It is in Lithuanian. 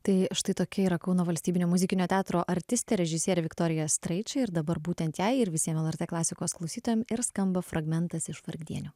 tai štai tokia yra kauno valstybinio muzikinio teatro artistė režisierė viktorija streičė ir dabar būtent jai ir visiem el er t klasikos klausytojam ir skamba fragmentas iš vargdienių